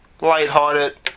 lighthearted